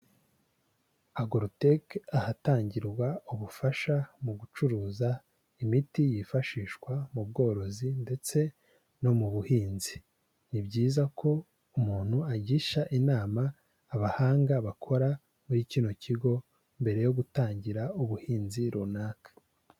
Agrotech ahatangirwa ubufasha mu gucuruza imiti yifashishwa mu bworozi ndetse no mu buhinzi, ni byiza ko umuntu agisha inama abahanga bakora muri kino kigo mbere yo gutangira ubuhinzi runaka.